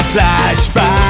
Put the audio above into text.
Flashback